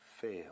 fail